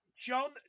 John